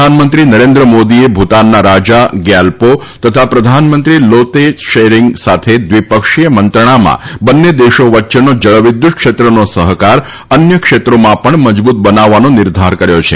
પ્રધાનમંત્રી નરેન્દ્રમોદીએ ભૂતાનના રાજા ગ્યાલપો તથા પ્રધાનમંત્રી લોતે તશેરીંગ સાથે દ્વિપક્ષીય મંત્રણામાં બંન્ને દેશો વચ્ચેનો જળવિદ્યુત ક્ષેત્રનો સહકાર અન્ય ક્ષેત્રોમાં પણ મજબૂત બનાવવાનો નિર્ધાર કર્યો છે